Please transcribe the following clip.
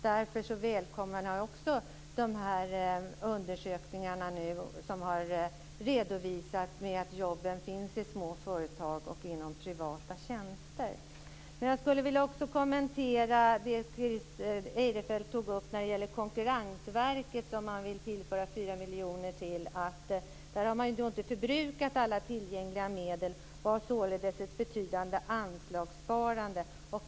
Därför välkomnar jag också de undersökningar som redovisat att jobben finns i små företag och inom privata tjänster. Jag skulle också vilja kommentera det Christer Eirefelt sade om Konkurrensverket som han vill tillföra 4 miljoner. Där har man inte förbrukat alla tillgängliga medel och har således ett betydande anslagssparande.